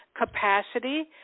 capacity